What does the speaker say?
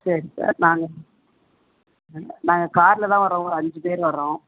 சரி சார் நாங்கள் நாங்கள் நாங்கள் காரில் தான் வரோம் ஒரு அஞ்சு பேர் வரோம்